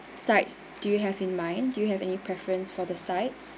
sides do you have in mind do you have any preference for the sides